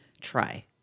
try